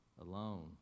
alone